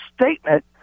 statement